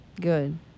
Good